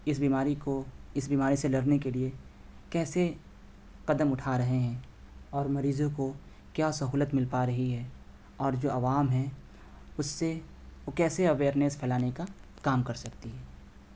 اس بیماری کو اس بیماری سے لڑنے کے لیے کیسے قدم اٹھا رہے ہیں اور مریضوں کو کیا سہولت مل پا رہی ہے اور جو عوام ہے اس سے وہ کیسے اویئرنس پھیلانے کا کام کر سکتی ہے